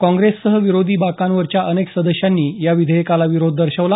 काँग्रससह विरोधी बाकांवरच्या अनेक सदस्यांनी या विधेयकाला विरोध दर्शवला